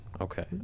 okay